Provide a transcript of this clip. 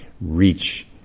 reach